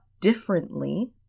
differently